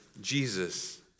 Jesus